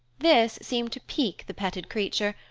this seemed to pique the petted creature,